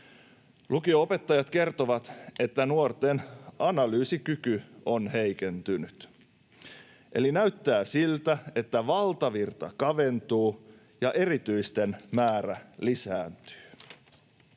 Lukio-opettajat kertovat, että nuorten analyysikyky on heikentynyt. Eli näyttää siltä, että valtavirta kaventuu ja erityisten määrä lisääntyy.